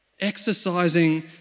exercising